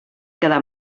quedar